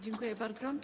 Dziękuję bardzo.